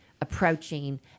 approaching